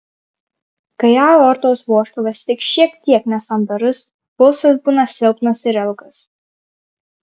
kai aortos vožtuvas tik šiek tiek nesandarus pulsas būna silpnas ir ilgas